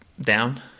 down